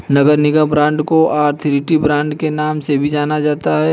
नगर निगम बांड को authority bond के नाम से भी जाना जाता है